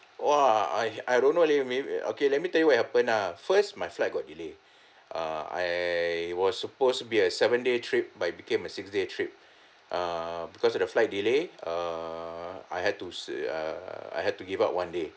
!wah! I I don't know leh may okay let me tell you what happen ah first my flight got delay uh I was supposed be a seven day trip but it became a six day trip err because of the flight delay err I had to s~ err I had to give up one day